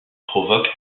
provoque